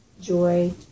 joy